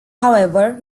however